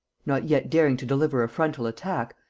not yet daring to deliver a frontal attack,